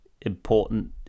important